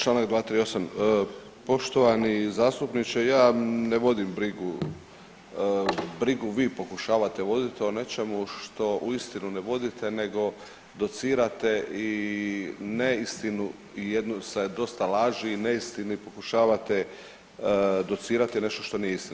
Članak 238., poštovani zastupniče ja ne vodim brigu, brigu vi pokušavate voditi o nečemu što uistinu ne vodite nego docirate i neistinu i jednu sa dosta laži i neistine pokušavate docirati nešto što nije istina.